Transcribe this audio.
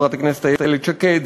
חברת הכנסת איילת שקד,